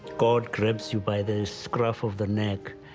god grabs you by the scruff of the neck,